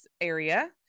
area